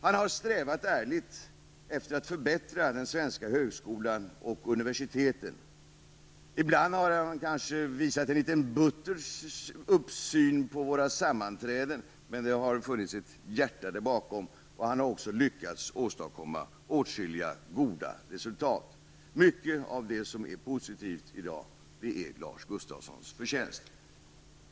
Han har strävat ärligt efter att förbättra den svenska högskolan och universiteten. Ibland har han kanske visat en litet butter uppsyn på våra sammanträden, men det har funnits ett hjärta där bakom. Han har också lyckats åstadkomma åtskilliga goda resultat. Mycket av det som är positivt i dag är Lars Gustafssons förtjänst.